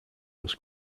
was